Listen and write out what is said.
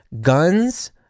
guns